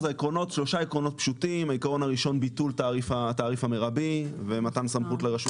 העיקרון הראשון ביטול תעריף המרבי ומתן סמכות לרשות